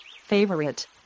favorite